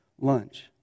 lunch